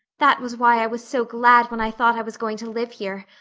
that was why i was so glad when i thought i was going to live here.